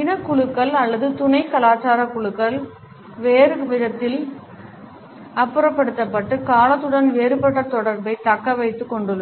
இனக்குழுக்கள் அல்லது துணை கலாச்சார குழுக்கள் வேறு விதத்தில் அப்புறப்படுத்தப்பட்டு காலத்துடன் வேறுபட்ட தொடர்பைத் தக்க வைத்துக் கொண்டுள்ளன